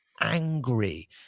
angry